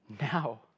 Now